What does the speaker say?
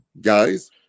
guys